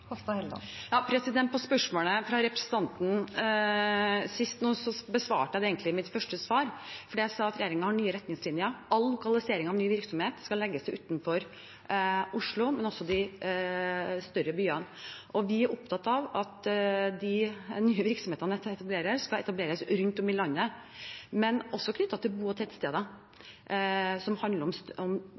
Spørsmålet fra representanten nå sist besvarte jeg egentlig i mitt første svar, fordi jeg sa at regjeringen har nye retningslinjer. All lokalisering av ny virksomhet skal legges utenfor Oslo og de andre større byene. Vi er opptatt av at de nye virksomhetene som etableres, skal etableres rundt om i landet, men også knyttet til bo- og tettsteder, noe som handler om